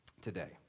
today